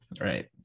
Right